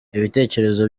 ibitekerezo